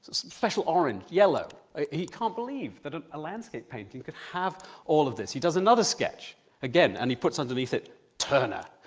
some special orange, yellow. he can't believe that a landscape painting could have all of this. he does another sketch again and he puts underneath it turner,